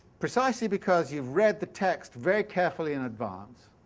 precisely because you've read the text very carefully in advance,